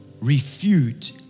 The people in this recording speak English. refute